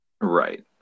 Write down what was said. right